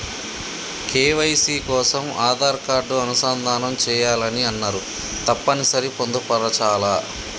KYC కోసం Aadhaar card అనుసంధానం చేయాలని అన్నరు తప్పని సరి పొందుపరచాలా?